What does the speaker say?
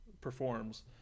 performs